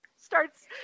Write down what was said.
starts